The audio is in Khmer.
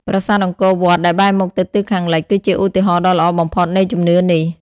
ប្រាសាទអង្គរវត្តដែលបែរមុខទៅទិសខាងលិចគឺជាឧទាហរណ៍ដ៏ល្អបំផុតនៃជំនឿនេះ។